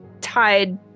tied